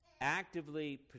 actively